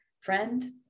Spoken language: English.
Friend